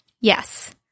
Yes